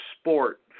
sport